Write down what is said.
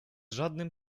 żadnym